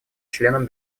членам